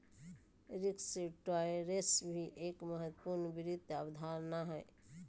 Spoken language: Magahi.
रिस्क टॉलरेंस भी एक महत्वपूर्ण वित्त अवधारणा हय